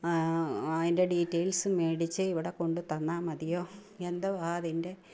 അതിൻ്റെ ഡീറ്റെയിൽസ് മേടിച്ച് ഇവിടെ കൊണ്ട് തന്നാൽ മതിയോ എന്തുവാ അതിൻ്റെ